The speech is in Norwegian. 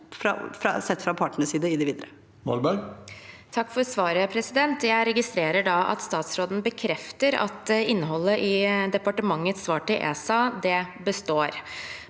sett fra partenes side i det videre.